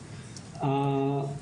תודה.